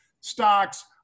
stocks